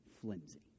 flimsy